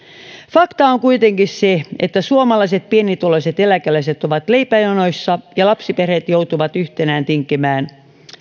fakta on kuitenkin se että suomalaiset pienituloiset eläkeläiset ovat leipäjonoissa ja lapsiperheet joutuvat yhtenään tinkimään